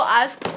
ask